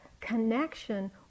connection